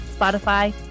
Spotify